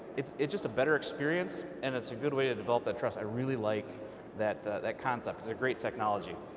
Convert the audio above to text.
it's it's just a better experience, and it's a good way to develop that trust. i really like that that concept. it's a great technology.